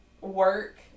work